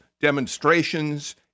demonstrations